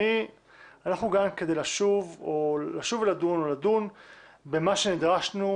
אנחנו כאן כדי לשוב ולדון או לדון במה שנדרשנו